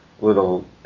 little